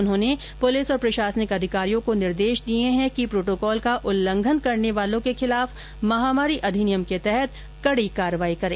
उन्होंने पुलिस तथा प्रशासनिक अधिकारियों को निर्देश दिए कि प्रोटोकॉल का उल्लघंन करने वालों के खिलाफ महामारी अधिनियम के तहत कड़ी कार्रवाई करें